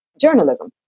journalism